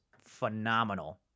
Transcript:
phenomenal